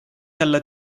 jälle